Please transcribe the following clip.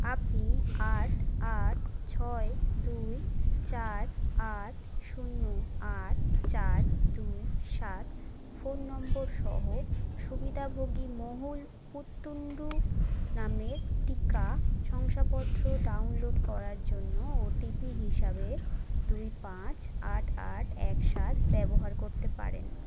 আপনি আট আট ছয় দুই চার আট শূন্য আট চার দুই সাত ফোন নম্বর সহ সুবিধাভোগী মহুল পুততুণ্ড নামের টিকা শংসাপত্র ডাউনলোড করার জন্য ওটিপি হিসাবে দুই পাঁচ আট আট এক সাত ব্যবহার করতে পারেন